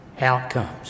outcomes